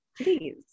please